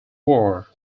war